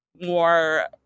more